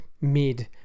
mid